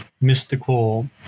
mystical